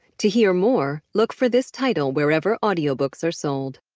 to hear more, look for this title wherever audio books are sold.